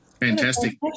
Fantastic